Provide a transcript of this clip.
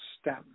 STEM